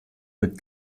mit